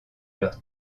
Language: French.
leur